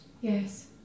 Yes